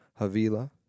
Havila